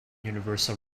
universal